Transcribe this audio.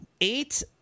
eight